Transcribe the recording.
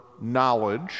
knowledge